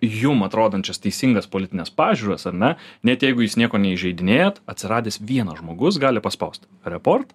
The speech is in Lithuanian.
jum atrodančias teisingas politines pažiūras ar ne net jeigu jūs nieko neįžeidinėjat atsiradęs vienas žmogus gali paspaust report